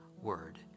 word